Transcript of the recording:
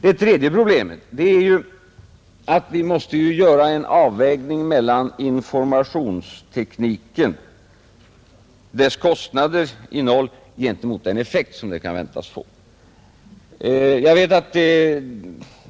Vi måste slutligen göra en avvägning mellan kostnaderna för och innehållet i informationstekniken och den effekt som det kan väntas få.